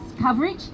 coverage